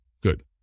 good